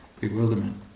bewilderment